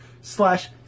Slash